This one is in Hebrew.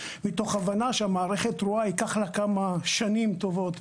מתוך הבנה שלמערכת תרועה ייקח לה כמה שנים טובות,